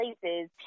places